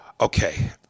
Okay